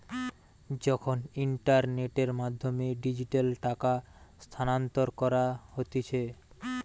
যখন ইন্টারনেটের মাধ্যমে ডিজিটালি টাকা স্থানান্তর করা হতিছে